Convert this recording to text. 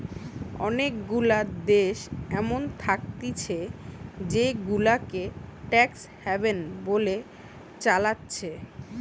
অনেগুলা দেশ এমন থাকতিছে জেগুলাকে ট্যাক্স হ্যাভেন বলে চালাচ্ছে